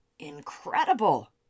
Incredible